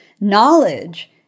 Knowledge